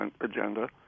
agenda